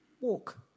walk